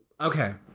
Okay